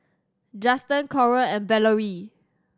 Juston Coral and Valorie